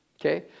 Okay